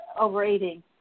overeating